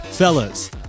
Fellas